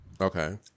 Okay